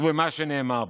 ואת מה שנאמר בה.